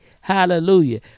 hallelujah